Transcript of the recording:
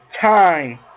time